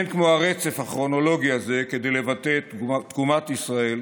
אין כמו הרצף הכרונולוגי הזה כדי לבטא את תקומת ישראל,